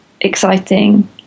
exciting